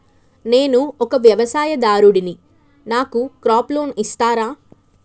నేను ఒక వ్యవసాయదారుడిని నాకు క్రాప్ లోన్ ఇస్తారా?